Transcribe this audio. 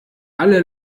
alle